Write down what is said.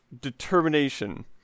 determination